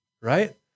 right